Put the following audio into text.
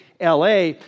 LA